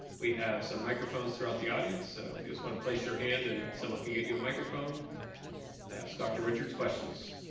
we have some microphones throughout the audience, so if you just want to place your hand and someone can get you a microphone to ask dr. richards questions.